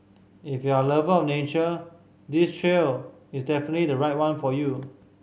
if you're a lover of nature this trail is definitely the right one for you